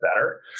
better